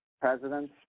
presidents